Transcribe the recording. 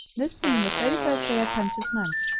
this being the thirty-first day of punch's month,